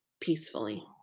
peacefully